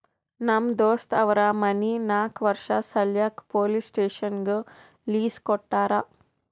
ನಮ್ ದೋಸ್ತ್ ಅವ್ರ ಮನಿ ನಾಕ್ ವರ್ಷ ಸಲ್ಯಾಕ್ ಪೊಲೀಸ್ ಸ್ಟೇಷನ್ಗ್ ಲೀಸ್ ಕೊಟ್ಟಾರ